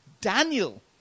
Daniel